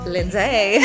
Lindsay